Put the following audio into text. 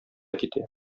китә